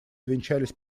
увенчались